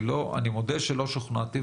אני מודה שלא שוכנעתי,